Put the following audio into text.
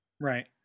Right